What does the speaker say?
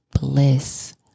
bliss